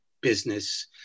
business